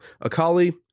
Akali